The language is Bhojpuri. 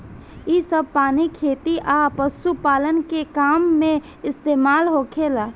इ सभ पानी खेती आ पशुपालन के काम में इस्तमाल होखेला